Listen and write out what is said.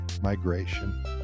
migration